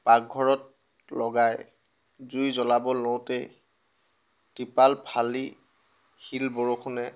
পাকঘৰত লগাই জুই জ্বলাব লওঁতেই টিপাল ফালি শিল বৰষুণে